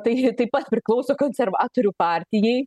tai taip pat priklauso konservatorių partijai